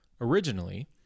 Originally